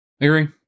agree